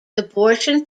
abortion